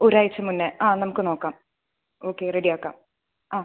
ഒരാഴ്ച മുന്നേ ആ നമുക്ക് നോക്കാം ഓക്കേ റെഡി ആക്കാം ആ